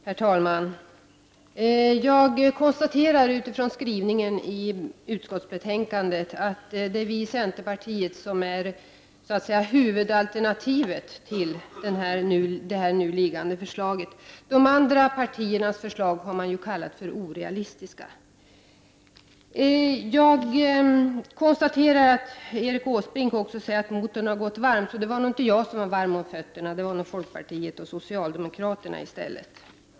Herr talman! Jag konstaterar utifrån skrivningen i utskottsbetänkandet att det är centerpartiets förslag som är huvudalternativet till det nu liggande förslaget. De andra partiernas förslag kallas för orealistiska. Erik Åsbrink säger att motorn har gått varm, så det är nog inte jag som är varm om fötterna, utan folkpartiet och socialdemokraterna.